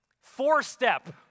four-step